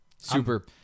Super